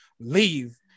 Leave